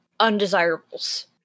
Undesirables